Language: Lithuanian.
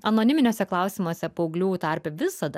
anoniminiuose klausimuose paauglių tarpe visada